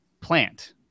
plant